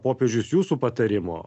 popiežius jūsų patarimo